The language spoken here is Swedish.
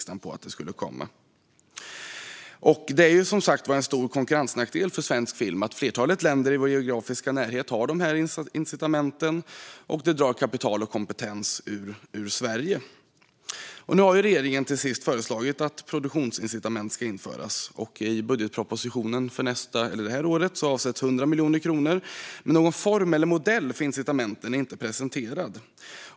Det är en stor konkurrensnackdel för svensk film att flertalet länder i vår geografiska närhet har dessa incitament, vilket drar kapital och kompetens ut ur Sverige. Men nu har regeringen, till sist, föreslagit att produktionsincitament ska införas. I budgetpropositionen för i år avsätts 100 miljoner kronor, men någon form eller modell för incitamenten är inte presenterad.